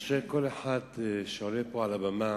כל אחד שעולה פה על הבמה